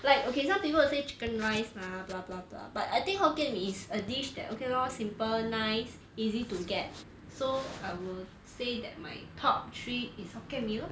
like okay some people will say chicken rice mah blah blah blah but I think hokkien mee is a dish that okay lor simple nice easy to get so I would say that my top three is hokkien mee lor